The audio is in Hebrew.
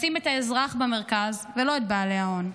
לשים את האזרח במרכז, ולא את בעלי ההון,